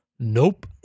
nope